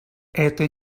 это